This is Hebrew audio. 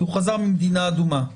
כי הוא חזר ממדינה אדומה,